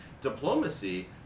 Diplomacy